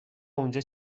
اونجا